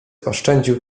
oszczędził